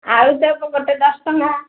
ଆଉ ଦେବ ଗୋଟେ ଦଶ ଟଙ୍କା